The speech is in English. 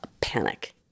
panic